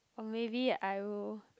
or maybe I will